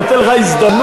נותן לך הזדמנות,